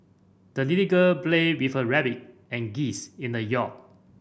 the little girl played with her rabbit and geese in the yard